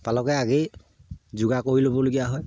পালকে আগেই যোগাৰ কৰি ল'বলগীয়া হয়